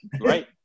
right